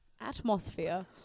atmosphere